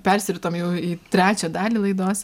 persiritom jau į trečią dalį laidos